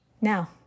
Now